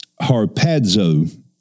harpazo